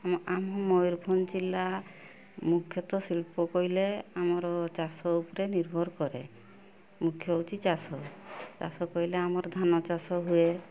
ଆମ ମୟୁରଭଞ୍ଜ ଜିଲ୍ଲା ମୁଖ୍ୟତଃ ଶିଳ୍ପ କହିଲେ ଆମର ଚାଷ ଉପରେ ନିର୍ଭର କରେ ମୁଖ୍ୟ ହଉଛି ଚାଷ ଚାଷ କହିଲେ ଆମର ଧାନ ଚାଷ ହୁଏ